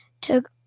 took